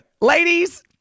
Ladies